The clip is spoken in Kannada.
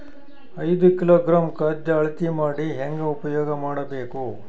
ಐದು ಕಿಲೋಗ್ರಾಂ ಖಾದ್ಯ ಅಳತಿ ಮಾಡಿ ಹೇಂಗ ಉಪಯೋಗ ಮಾಡಬೇಕು?